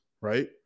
right